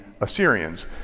Assyrians